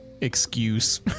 Excuse